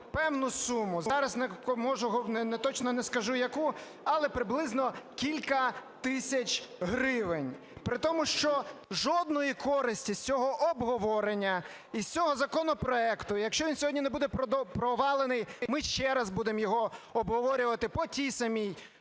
певну суму. Зараз точно не скажу, яку, але приблизно кілька тисяч гривень. При тому, що жодної користі з цього обговорення і з цього законопроекту, якщо він сьогодні не буде провалений, ми ще раз будемо його обговорювати по тій самій